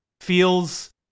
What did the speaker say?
feels